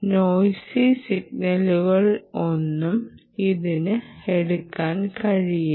noisy സിഗ്നലുകളൊന്നും ഇതിന് എടുക്കാൻ കഴിയില്ല